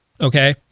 okay